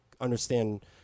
understand